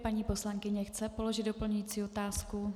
Paní poslankyně chce položit doplňující otázku.